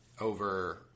over